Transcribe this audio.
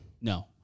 No